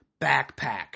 backpack